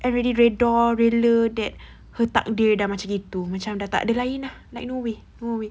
already redha rela that her takdir macam dah tak ada lain like no way no way